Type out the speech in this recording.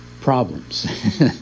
problems